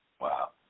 Wow